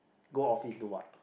go office do what